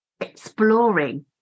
exploring